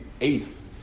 eighth